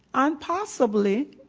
and possibly